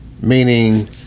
meaning